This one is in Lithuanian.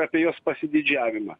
apie jos pasididžiavimą